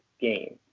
game